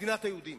מדינת היהודים.